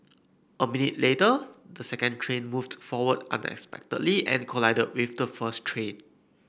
a minute later the second train moved forward unexpectedly and collided with the first train